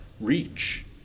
reach